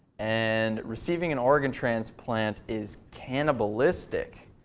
and receiving an organ transplant is cannibalistic.